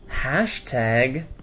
Hashtag